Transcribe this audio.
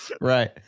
right